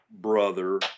brother